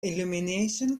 illumination